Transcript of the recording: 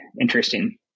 interesting